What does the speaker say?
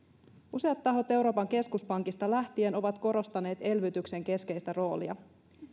useat tahot euroopan keskuspankista lähtien ovat korostaneet elvytyksen keskeistä roolia